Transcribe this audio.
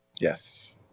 yes